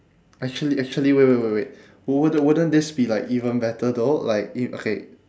actually actually wait wait wait wait wou~ wouldn~ wouldn't this be like even better though like i~ okay